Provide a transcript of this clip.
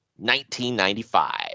1995